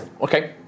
Okay